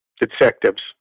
detectives